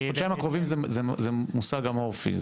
"לחודשיים הקרובים" זה מושג אמורפי.